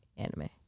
anime